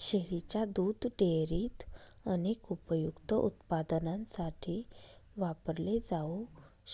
शेळीच्या दुध डेअरीत अनेक उपयुक्त उत्पादनांसाठी वापरले जाऊ